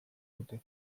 dute